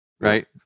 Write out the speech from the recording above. right